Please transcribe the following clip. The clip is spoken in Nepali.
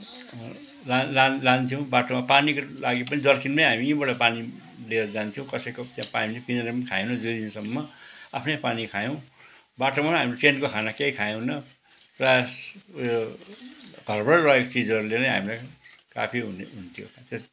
लान्थ्यौँ बाटोमा पानीको लागि पनि जरकिनमै हामी यहीँबाट पानी लिएर जान्थ्यौँ कसैको त्यहाँ पानी किनेर पनि खाएनौँ दुई दिनसम्म आफ्नै पानी खायौँ बाटोमा पनि हामीले ट्रेनको खाना केही खाएनौँ र उयो घरबाटै लगेको चिजहरूले नै हामीलाई काफी हुने हुन्थ्यो